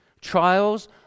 Trials